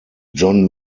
john